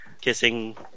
kissing